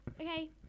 Okay